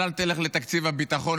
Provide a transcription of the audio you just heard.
אבל אל תלך לתקציב הביטחון,